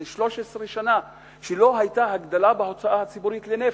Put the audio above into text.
זה 13 שנה שלא היתה הגדלה בהוצאה הציבורית לנפש.